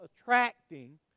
attracting